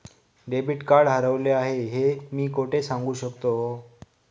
Debit card हरवले आहे हे मी कोठे सांगू शकतो?